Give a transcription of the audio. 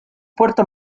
puerto